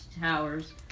towers